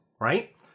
right